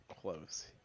close